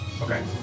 Okay